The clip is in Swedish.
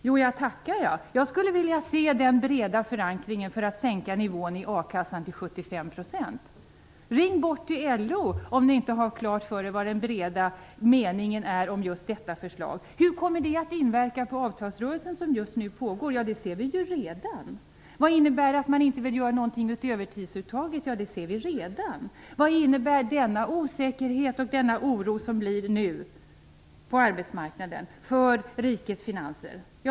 Jo, jag tackar jag. Jag skulle vilja se den breda förankringen för att sänka nivån i akassan till 75 %. Ring bort till LO, om ni inte har klart för er vad den breda meningen är om just detta förslag. Hur kommer det att inverka på avtalsrörelsen som pågår just nu? Ja, det ser vi redan. Vad innebär det att man inte vill göra någonting åt övertidsuttaget? Det ser vi redan. Vad innebär den osäkerhet och den oro som blir på arbetsmarknaden för rikets finanser?